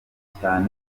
cyane